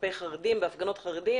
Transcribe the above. כלפי חרדים והפגנות חרדים